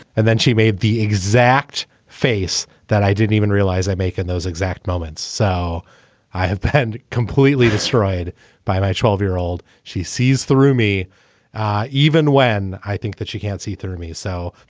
and then she made the exact face that i didn't even realize i make in those exact moment. so i have pend completely destroyed by my twelve year old she sees through me even when i think that she can't see through me. so